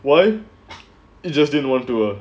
why it just didn't want to